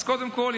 אז קודם כול,